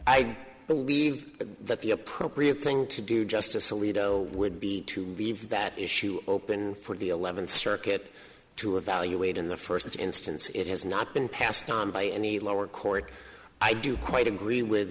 i believe that the appropriate thing to do justice alito would be to leave that issue open for the eleventh circuit to evaluate in the first instance it has not been passed on by any lower court i do quite agree with